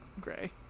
gray